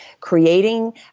creating